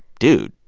dude,